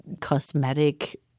cosmetic